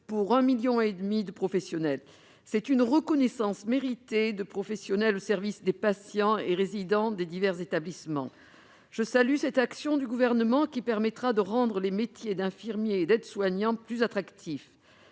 à 1,5 million de professionnels. C'est une reconnaissance méritée de leur dévouement au service des patients et résidents des divers établissements. À cet égard, je salue l'action du Gouvernement : elle permettra de rendre les métiers d'infirmier et d'aide-soignant plus attractifs.